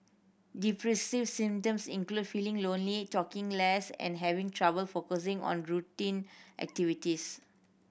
depressive symptoms include feeling lonely talking less and having trouble focusing on routine activities